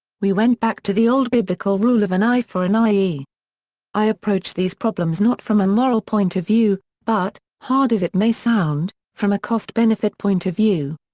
we went back to the old biblical rule of an eye for an eye. i approach these problems not from a moral point of view, but, hard as it may sound, from a cost-benefit point of view.